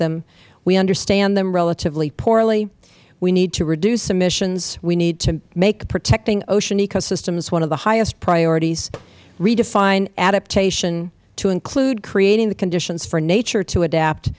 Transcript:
them we understand them relatively poorly we need to reduce emissions we need to make protecting ocean ecosystems one of the highest priorities redefine adaptation to include creating the conditions for nature to adapt